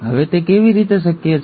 હવે તે કેવી રીતે શક્ય છે